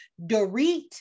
Dorit